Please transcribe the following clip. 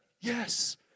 Yes